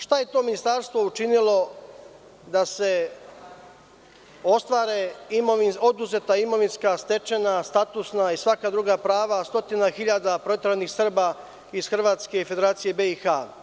Šta je to Ministarstvo učinilo da se ostvare oduzeta imovinska, stečena, statusna i svaka druga prava stotina hiljada proteranih Srba iz Hrvatske i Federacije BiH?